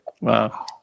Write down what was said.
wow